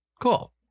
Cool